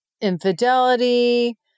infidelity